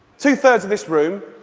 two-thirds of this room,